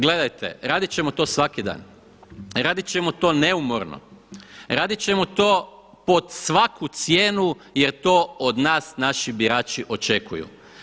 Gledajte, radit ćemo to svaki dan, radit ćemo to neumorno, radit ćemo to pod svaku cijenu jer to od nas naši birači očekuju.